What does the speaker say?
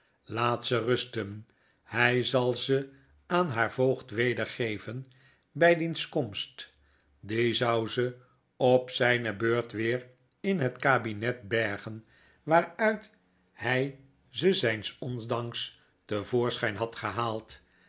laat ze rusten hij zal ze aan haar voogd wedergeven bij diens komst die zou ze op zijne beurt weer in hetkabinet bergen waaruit hij ze zijns ondanks te voorschijn had gehaald